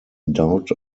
doubt